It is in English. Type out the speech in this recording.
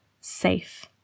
safe